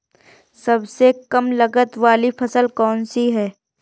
सबसे कम लागत वाली फसल कौन सी है?